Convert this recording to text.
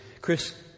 Chris